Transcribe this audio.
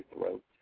throat